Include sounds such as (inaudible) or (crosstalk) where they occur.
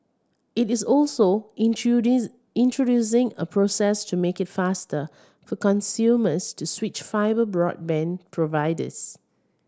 it is also (unintelligible) introducing a process to make it faster for consumers to switch fibre broadband providers